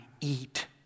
eat